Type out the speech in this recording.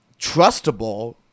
trustable